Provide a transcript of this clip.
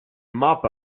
mop